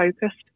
focused